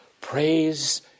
praise